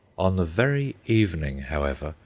on the very evening, however,